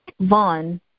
Vaughn